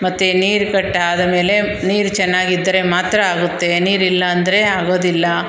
ಮತ್ತು ನೀರು ಕಟ್ಟಾದಮೇಲೆ ನೀರು ಚೆನ್ನಾಗಿದ್ರೆ ಮಾತ್ರ ಆಗುತ್ತೆ ನೀರಿಲ್ಲ ಅಂದರೆ ಆಗೋದಿಲ್ಲ